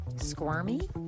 squirmy